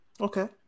Okay